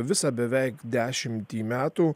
visą beveik dešimtį metų